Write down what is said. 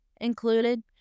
included